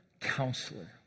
Counselor